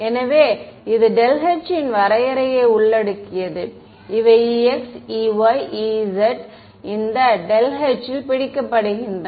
எனவே இது ∇h இன் வரையறையை உள்ளடக்கியது இவை ex ey ez இந்த ∇h இல் பிடிக்கப்படுகின்றன